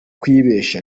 kwibeshya